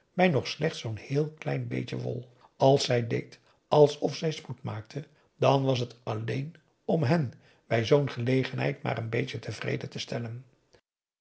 bij nog slechts zoo'n heel klein beetje wol als zij deed alsof zij spoed maakte dan was het alleen om hen bij zoo'n gelegenheid maar n beetje tevreden te stellen